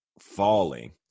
falling